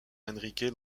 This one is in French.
henrique